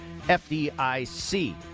FDIC